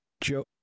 Joe